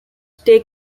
take